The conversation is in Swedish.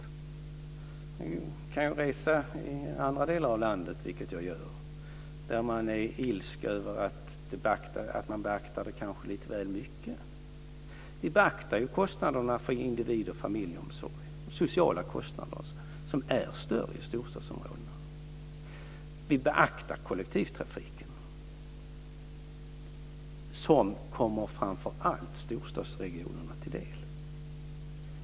Ni kan resa i andra delar av landet, vilket jag gör, där man är ilsken över att detta beaktas kanske lite väl mycket. Vi beaktar kostnaderna för individ och familjeomsorg, sociala kostnader som är större i storstadsområdena. Vi beaktar kollektivtrafiken. Sådant kommer framför allt storstadsregionerna till del.